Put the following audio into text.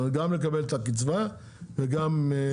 כלומר גם לקבל את הקצבה וגם לעבוד.